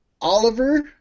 Oliver